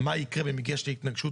מה יקרה במקרה של התנגשות?